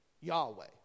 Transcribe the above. Yahweh